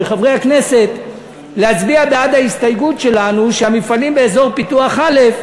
מחברי הכנסת להצביע בעד ההסתייגות שלנו שהמפעלים באזור פיתוח א',